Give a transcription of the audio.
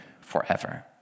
forever